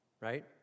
Right